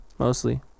mostly